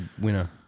Winner